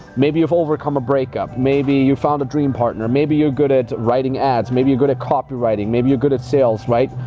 maybe you've overcome a breakup, maybe you found a dream partner, maybe you're good at writing ads, maybe you're good at copywriting, maybe you're good at sales, right?